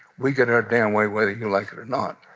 we get our damn way whether you like it or not.